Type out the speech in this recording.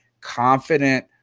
confident